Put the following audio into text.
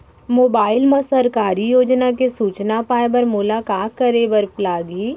mobile मा सरकारी योजना के सूचना पाए बर मोला का करे बर लागही